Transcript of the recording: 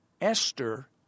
Esther